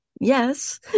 Yes